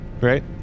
right